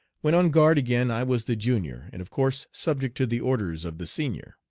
when on guard again i was the junior, and of course subject to the orders of the senior.